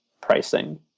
pricing